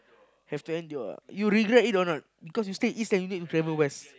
have to endure ah you regret it or not because you stay east then you need travel west